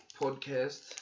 podcast